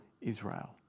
Israel